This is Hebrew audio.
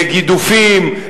לגידופים,